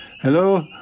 hello